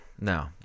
no